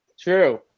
True